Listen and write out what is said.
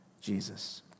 Jesus